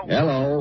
Hello